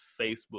Facebook